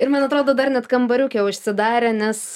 ir man atrodo dar net kambariuke užsidarę nes